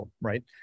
right